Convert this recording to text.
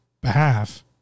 behalf